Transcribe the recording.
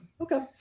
Okay